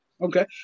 Okay